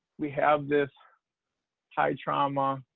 we have this high trauma,